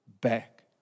back